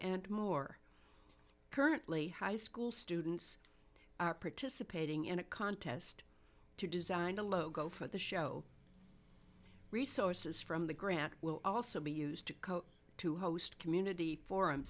and more currently high school students participating in a contest to design a logo for the show resources from the grant will also be used to host community forum